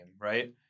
right